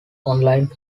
online